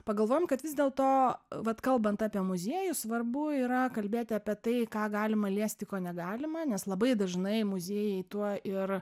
pagalvojom kad vis dėlto vat kalbant apie muziejų svarbu yra kalbėti apie tai ką galima liesti ko negalima nes labai dažnai muziejai tuo ir